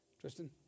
Tristan